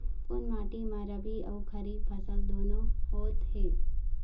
कोन माटी म रबी अऊ खरीफ फसल दूनों होत हे?